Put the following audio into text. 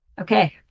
Okay